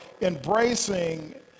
embracing